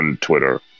Twitter